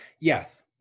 Yes